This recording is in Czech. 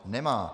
Nemá.